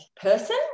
person